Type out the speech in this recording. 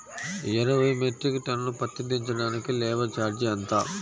ఇరవై metric ton పత్తి దించటానికి లేబర్ ఛార్జీ ఎంత?